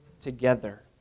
together